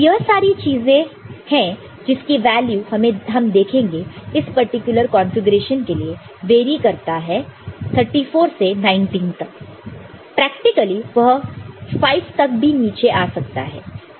तो यह सारी चीजें हैं जिसकी वैल्यू हम देखेंगे इस पर्टिकुलर कॉन्फ़िगरेशन के लिए वेरी करता है 34 से 19 तक प्रैक्टिकली वह 5 तक भी नीचे आ सकता है